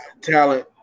Talent